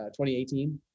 2018